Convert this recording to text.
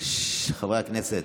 חברי הכנסת.